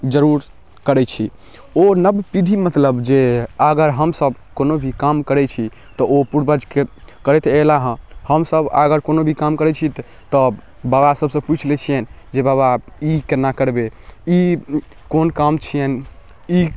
जरूर करै छी ओ नव पीढ़ी मतलब जे अगर हमसभ कोनो भी काम करै छी तऽ ओ पूर्वज करैत अएला हँ हमसभ अगर कोनो भी काम करै छी तऽ बाबासभसँ पुछि लै छिअनि जे बाबा ई कोना करबै ई कोन काम छिए ई